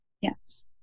Yes